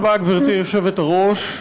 גברתי היושבת-ראש,